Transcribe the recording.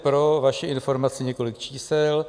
Pro vaši informaci několik čísel.